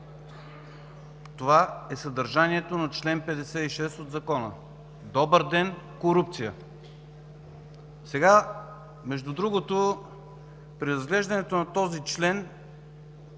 Това е съдържанието на чл. 56 от Закона – добър ден, корупция! Между другото, при разглеждането на този член